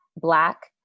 black